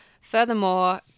Furthermore